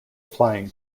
flying